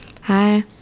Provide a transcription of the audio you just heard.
Hi